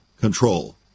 control